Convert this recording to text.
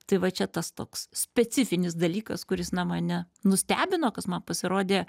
tai va čia tas toks specifinis dalykas kuris na mane nustebino kas man pasirodė